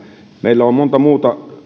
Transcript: meillä on monta muuta